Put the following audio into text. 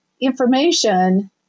information